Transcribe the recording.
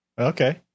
Okay